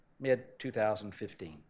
mid-2015